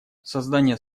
создание